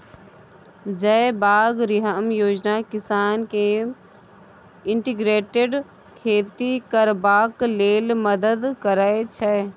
जयबागरिहम योजना किसान केँ इंटीग्रेटेड खेती करबाक लेल मदद करय छै